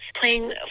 playing